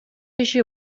иши